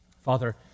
Father